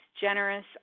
generous